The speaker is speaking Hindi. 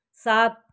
सात